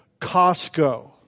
Costco